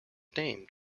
named